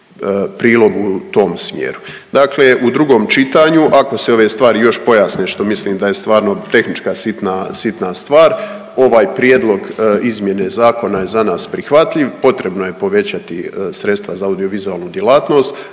u drugom čitanju ako se ove stvari još pojasne što mislim da je stvarno tehnička sitna stvar, ovaj prijedlog izmjene zakona za nas prihvatljiv. Potrebno je povećati sredstva za audiovizualnu djelatnost,